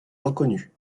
reconnu